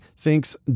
thinks